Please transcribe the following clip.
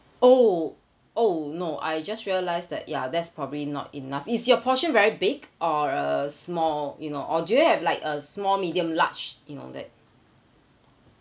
oh oh no I just realized that ya that's probably not enough is your portion very big or uh small you know or do you have like a small medium large you know that